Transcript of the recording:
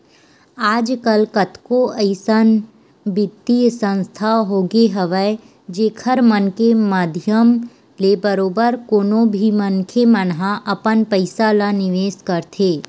आजकल कतको अइसन बित्तीय संस्था होगे हवय जेखर मन के माधियम ले बरोबर कोनो भी मनखे मन ह अपन पइसा ल निवेस करथे